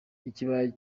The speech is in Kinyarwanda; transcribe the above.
ikibaya